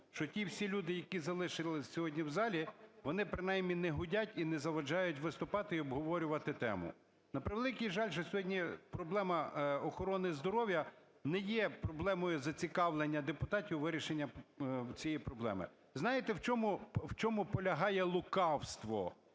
що ті всі люди, які залишилися сьогодні в залі, вони принаймні не гудять і не заважають виступати і обговорювати тему. На превеликий жаль, що сьогодні проблема охорони здоров'я не є проблемою зацікавлення депутатів у вирішенні цієї проблеми. Знаєте в чому полягає лукавство,